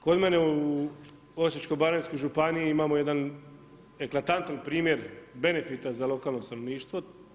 Kod mene u Osječkoj baranjskoj županiji imamo jedan eklatantan primjer benefita za lokalno stanovništvo.